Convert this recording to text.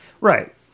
Right